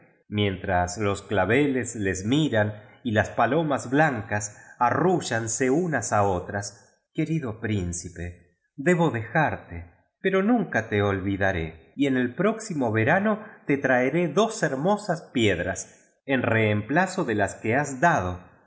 mientras los claveles les miran y las palomas blancas arráílansc unas a otras querido príncipe debo dejarte pero nunca te olvidaré y en el próximo verano te traeré dos hermosas piedras en reemplazo de las que has dado